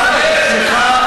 חבר הכנסת גליק,